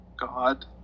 God